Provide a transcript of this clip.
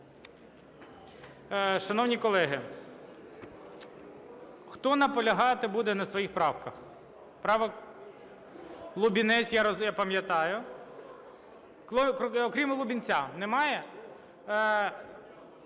Шановні колеги, хто наполягати буде на своїх правках? Лубінець, я пам'ятаю. Крім Лубінця, немає?